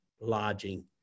lodging